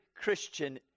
Christian